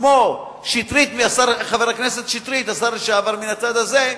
כמו חבר הכנסת השר לשעבר שטרית מן הצד הזה,